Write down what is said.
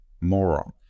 moron